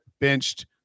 benched